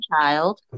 child